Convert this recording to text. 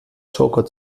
joker